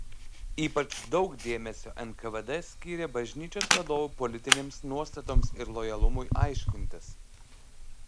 ypač daug dėmesio nkvd skyrė bažnyčios vadovų politinėms nuostatoms ir lojalumui aiškintis